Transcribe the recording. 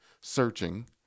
searching